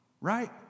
Right